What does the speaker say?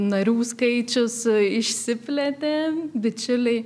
narių skaičius išsiplėtė bičiuliai